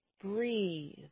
Breathe